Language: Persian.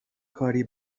کاری